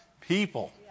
people